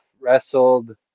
wrestled